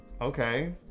okay